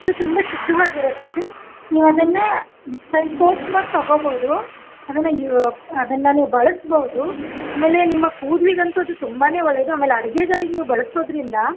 ಇದು ತುಂಬಾ ಶುದ್ಧವಾಗಿರತ್ತೆ ನೀವು ಅದನ್ನ ನಿಸ್ಸಂಕೋಚವಾಗಿ ತಗೋಬೋದು ಅದನ್ನ ಯು ಅದನ್ನ ನೀವು ಬಳಸಬಹುದು ಆಮೇಲೆ ನಿಮ್ಮ ಕೂದಲಿಗಂತು ಅದು ತುಂಬಾನೇ ಒಳ್ಳೆಯದು ಆಮೇಲೆ ಅಡಿಗೆಗಳಿಗೆ ನೀವು ಬಳಸೋದರಿಂದ